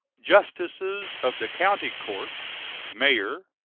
justices of the county courts, mayor,